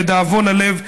לדאבון הלב,